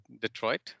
Detroit